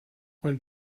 when